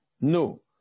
No